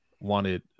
wanted